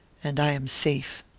and i am safe.